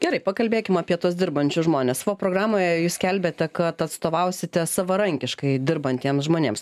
gerai pakalbėkim apie tuos dirbančius žmones fo programoje jūs skelbiate kad atstovausite savarankiškai dirbantiems žmonėms